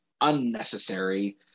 unnecessary